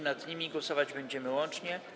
Nad nimi głosować będziemy łącznie.